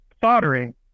soldering